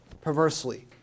perversely